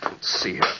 See